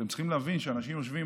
אתם צריכים להבין שאנשים יושבים